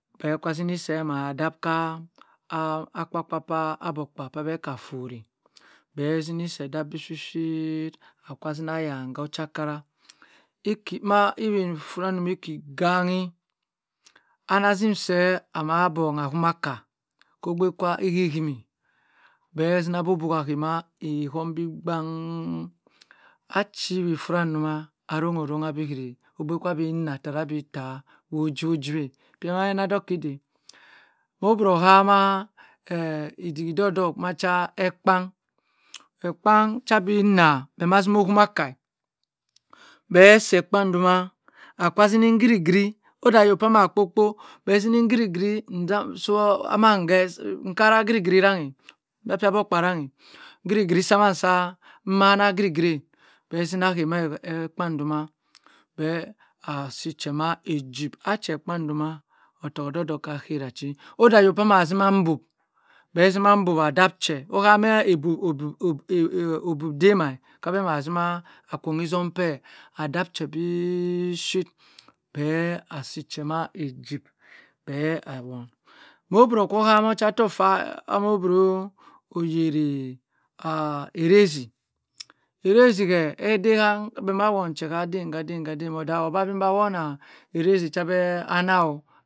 Bh kwa zini seh adhaw sa ekpa kpa sa agbo kpa sa bh ka fory bh zini seh adha bi shi ee aka zina yan ochakara aha zin se anah bongha ahumaka ko gba ka ihim imi bhe zina abubuhi aha ma ihum bi gban mi achi ewi fra duma aronghorongha bi ogba ka ka bi itta ojiwo jiweh pier maina duek dey moh brohama eh ediwidokdok macha ekpang ekpan cha bi nua beh ma zimo ohumaka beh se ekpang duma aka zini ngri gri odey ayo ama kpo kpo beh ngri ngri nchara giri giri rangha nbia ka egbokpa rangha giri sanaan sa mmana giri giri eh beh zina he meh keh ekpa duma beh a si per ma ejib ache ekpang duma otok odok odok ka chera chi odey ayo kwa ma zima mbok beh zima mbok adap che ohame obok dema cha be ma akwognigong kwe adap che bi ẹẹ shit beh asi pier ma ejib beh awon, moh bro ko hamo ochutok mo amobro oyeri ah erazy arazy he odey ha beh ma won che ha adem adem odayo asima wona arazy anah oh.